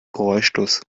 geräuschlos